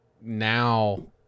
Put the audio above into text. now